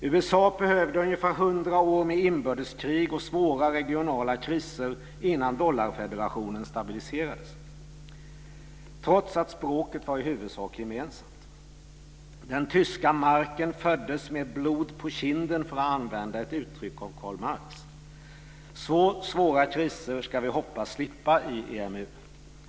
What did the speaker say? USA behövde ungefär hundra år med inbördeskrig och svåra regionala kriser innan dollarfederationen stabiliserades, trots att språket i huvudsak var gemensamt. Den tyska marken föddes med blod på kinden, för att använda ett uttryck av Karl Marx. Så svåra kriser ska vi hoppas att vi slipper i EMU.